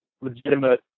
legitimate